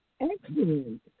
Excellent